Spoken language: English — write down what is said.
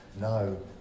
No